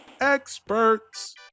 experts